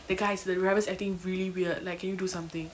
the guy is the driver's acting really weird like can you do something